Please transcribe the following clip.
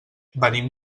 venim